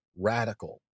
Radical